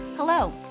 Hello